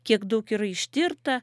kiek daug yra ištirta